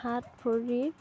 হাত ভৰি